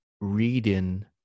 reading